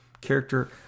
character